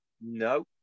No